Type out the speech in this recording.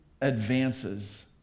advances